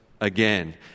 again